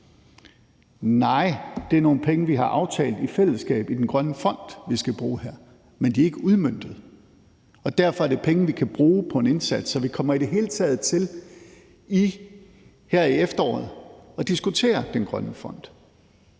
i den grønne fond, som vi har aftalt i fællesskab at vi skal bruge her, men de er ikke udmøntet, og derfor er det penge, vi kan bruge på en indsats. Så vi kommer i det hele taget til her i efteråret at diskutere den grønne fond.